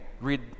read